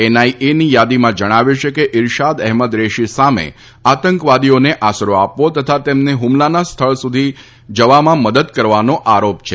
એનઆઈએની યાદીમાં જણાવ્યું છે કે ઈરશાદ અહેમદ રેશી સામે આતંકવાદીઓને આસરો આપવો તથા તેમને હ્મલાના સ્થળ સુધી જવામાં મદદ કરવાનો આરોપ છે